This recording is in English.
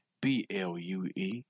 B-L-U-E